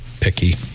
picky